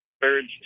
birds